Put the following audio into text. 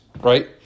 right